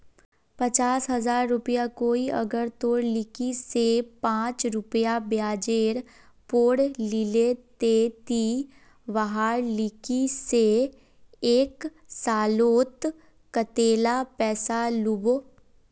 पचास हजार रुपया कोई अगर तोर लिकी से पाँच रुपया ब्याजेर पोर लीले ते ती वहार लिकी से एक सालोत कतेला पैसा लुबो?